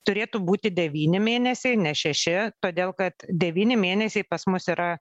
turėtų būti devyni mėnesiai ne šeši todėl kad devyni mėnesiai pas mus yra